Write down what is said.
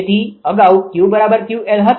તેથી અગાઉ 𝑄𝑄𝑙 હતું